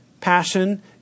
passion